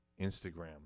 Instagram